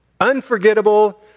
unforgettable